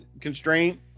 constraint